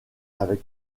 avec